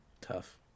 Tough